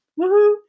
woohoo